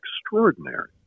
extraordinary